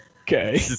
okay